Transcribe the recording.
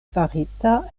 farita